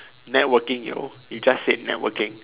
networking yo you just said networking